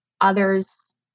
others